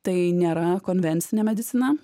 tai nėra konvencinė medicina